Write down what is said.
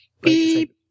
Beep